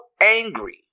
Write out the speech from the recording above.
angry